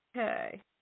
Okay